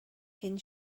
cyn